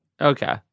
okay